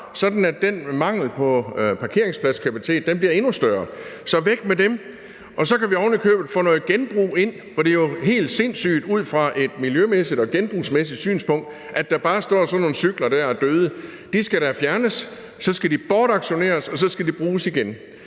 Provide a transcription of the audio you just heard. sådan at manglen på parkeringspladskapacitet bliver endnu større. Så væk med dem. Så kan vi oven i købet få noget genbrug ind, for det er jo helt sindssygt ud fra et miljømæssigt og genbrugsmæssigt synspunkt, at der bare står sådan nogle cykler der og er døde. De skal da fjernes, og så skal de bortauktioneres, og så skal de bruges igen,